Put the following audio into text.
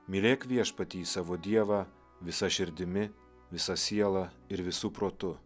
mylėk viešpatį savo dievą visa širdimi visa siela ir visu protu